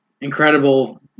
incredible